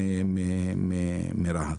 רהט.